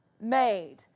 made